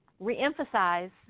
reemphasize